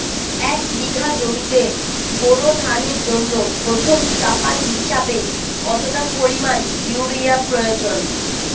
এক বিঘা জমিতে বোরো ধানের জন্য প্রথম চাপান হিসাবে কতটা পরিমাণ ইউরিয়া প্রয়োজন?